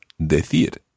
decir